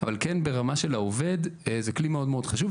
אבל כן ברמה של העובד, זה כלי מאוד מאוד חשוב.